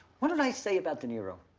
what did i say about de niro?